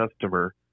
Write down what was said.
customer